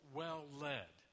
well-led